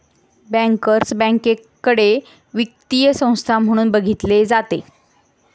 bankers बँकेकडे वित्तीय संस्था म्हणून बघितले जाते